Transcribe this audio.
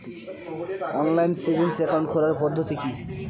Online savings account খোলার পদ্ধতি কি?